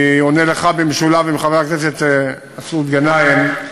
אני עונה לך במשולב עם חבר הכנסת מסעוד גנאים,